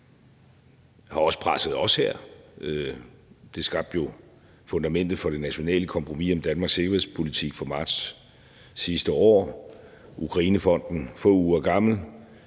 Det har også presset os her, for det skabte jo fundamentet for det nationale kompromis om Danmarks sikkerhedspolitik fra marts sidste år, Ukrainefonden er få uger gammel,